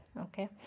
Okay